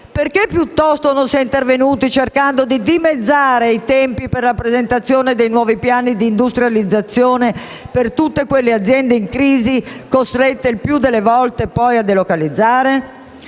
Perché piuttosto non si è intervenuti cercando di dimezzare i tempi per la presentazione dei nuovi piani di industrializzazione per tutte quelle aziende in crisi costrette il più delle volte poi a delocalizzare?